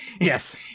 yes